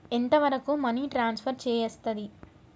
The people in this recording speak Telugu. ఎంత వరకు మనీ ట్రాన్స్ఫర్ చేయస్తది?